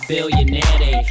Billionaire